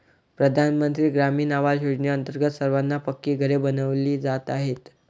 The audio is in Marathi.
प्रधानमंत्री ग्रामीण आवास योजनेअंतर्गत सर्वांना पक्की घरे बनविली जात आहेत